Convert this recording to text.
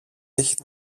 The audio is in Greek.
έχει